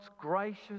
gracious